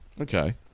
Okay